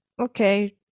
okay